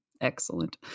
Excellent